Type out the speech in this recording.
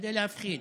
כדי להפחיד.